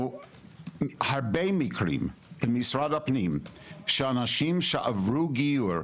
הרבה מקרים עם משרד הפנים שאנשים שעברו גיור,